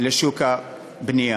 לשוק הבנייה.